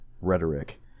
rhetoric